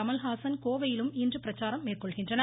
கமல்ஹாசன் கோவையிலும் இன்று பிரச்சாரம் மேற்கொள்கின்றனர்